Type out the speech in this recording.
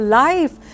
life